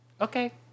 Okay